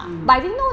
mm